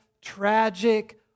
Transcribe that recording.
tragic